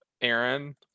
Aaron